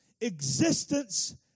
Existence